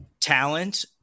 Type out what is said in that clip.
talent